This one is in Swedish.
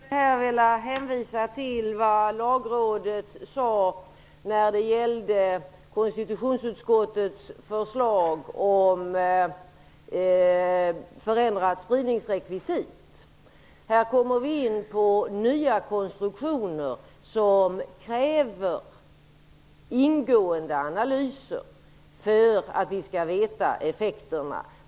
Herr talman! Jag skulle här vilja hänvisa till vad Lagrådet sade när det gäller konstitutionsutskottets förslag om förändrat spridningsrekvisit. Här kommer vi in på nya konstruktioner som kräver ingående analyser för att vi skall få veta effekterna.